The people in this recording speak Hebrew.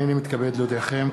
הנני מתכבד להודיעכם,